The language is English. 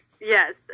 Yes